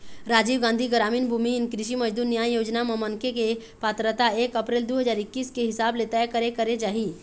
राजीव गांधी गरामीन भूमिहीन कृषि मजदूर न्याय योजना म मनखे के पात्रता एक अपरेल दू हजार एक्कीस के हिसाब ले तय करे करे जाही